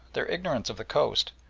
their ignorance of the coast,